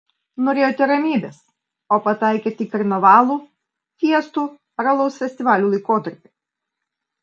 norėjote ramybės o pataikėte į karnavalų fiestų ar alaus festivalių laikotarpį